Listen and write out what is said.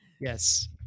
Yes